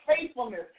faithfulness